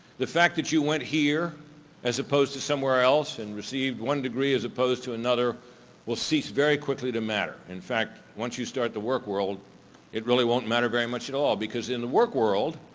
the fact that you went here as opposed to somewhere else and received one degree as opposed to another will cease very quickly to matter. in fact, once you start the work world it really won't matter very much at because in the work world,